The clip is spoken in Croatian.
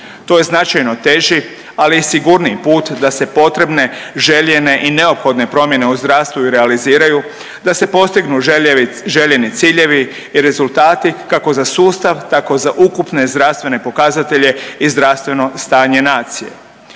To je značajno teži ali i sigurniji put da se potrebne, željene i neophodne promjene u zdravstvu i realiziraju, da se postignu željeni ciljevi i rezultati kako za sustav tako za ukupne zdravstvene pokazatelje i zdravstveno stanje nacije.